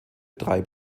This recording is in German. drei